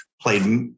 played